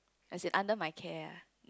as in under my care